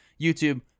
YouTube